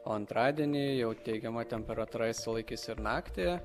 o antradienį jau teigiama temperatūra išsilaikys ir naktį